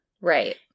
Right